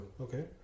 Okay